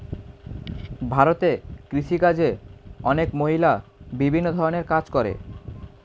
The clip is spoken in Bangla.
ভারতে কৃষিকাজে অনেক মহিলা বিভিন্ন ধরণের কাজ করে